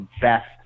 best